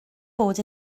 bod